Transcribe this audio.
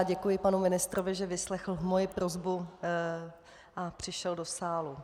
Děkuji panu ministrovi, že vyslechl moji prosbu a přišel do sálu.